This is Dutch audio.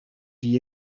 die